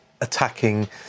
attacking